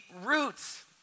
roots